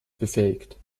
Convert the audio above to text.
befähigt